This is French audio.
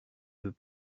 veux